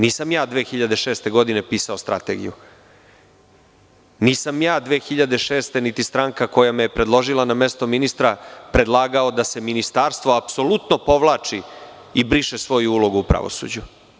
Nisam ja u 2006. godini pisao strategiju, nisam ja, niti stranka koja me je predložila na mesto ministra, predlagao da se ministarstvo apsolutno povlači i briše svoju ulogu u pravosuđu.